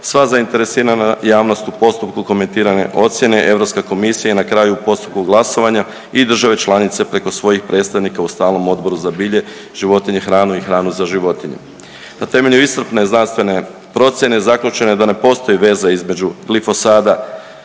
sva zainteresirana javnost u postupku komentirane ocjene Europska komisija i na kraju u postupku glasovanja i države članice preko svojih predstavnika u Stalnom odboru za bilje, životinje, hranu i hranu za životinje. Na temelju iscrpne znanstvene procjene zaključeno je da ne postoji veza između glifosata